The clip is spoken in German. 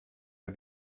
bei